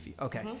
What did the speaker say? Okay